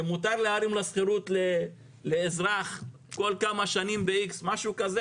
שמותר להרים שכירות לאזרח כל כמה שנים באחוז מסוים.